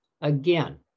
Again